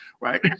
right